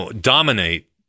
dominate